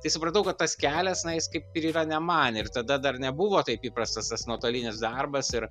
tai supratau kad tas kelias na jis kaip ir yra ne man ir tada dar nebuvo taip įprastas tas nuotolinis darbas ir